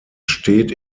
steht